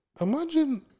Imagine